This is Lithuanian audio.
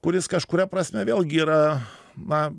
kuris kažkuria prasme vėlgi yra na